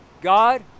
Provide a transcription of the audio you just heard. God